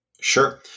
Sure